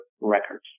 records